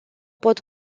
pot